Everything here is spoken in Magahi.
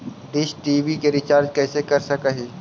डीश टी.वी के रिचार्ज कैसे कर सक हिय?